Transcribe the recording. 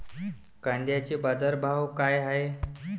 कांद्याचे बाजार भाव का हाये?